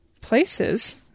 places